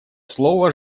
слово